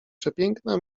przepiękna